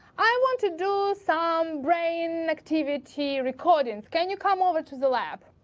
i want to do some brain activity recordings. can you come over to the lab?